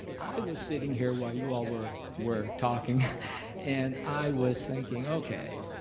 i was sitting here while you all were were talking and i was thinking okay,